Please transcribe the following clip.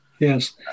yes